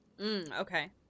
Okay